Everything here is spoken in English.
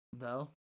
No